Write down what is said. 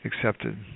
accepted